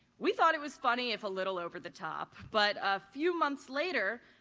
we thought it was funny if a little over the top but a few months later,